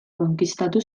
konkistatu